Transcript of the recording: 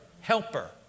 Helper